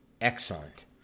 excellent